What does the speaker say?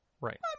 Right